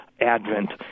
Advent